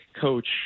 coach